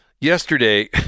yesterday